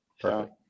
perfect